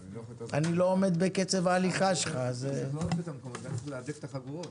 אני מתכבד לפתוח את ישיבת ועדת הכלכלה,